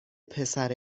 پسر